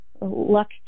luck